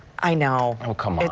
i know.